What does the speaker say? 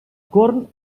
corn